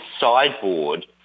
sideboard